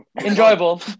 enjoyable